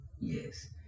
yes